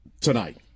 tonight